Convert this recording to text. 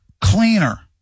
cleaner